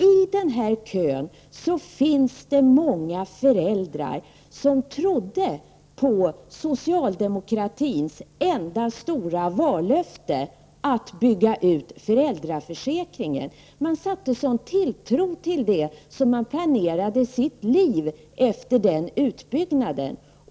I den kön finns det många föräldrar som trodde på socialdemokratins enda stora vallöfte, att bygga ut föräldraförsäkringen. De satte sådan tilltro till detta löfte att de planerade sina liv efter den utbyggnaden.